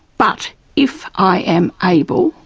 but if i am able,